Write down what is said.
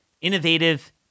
innovative